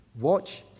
watch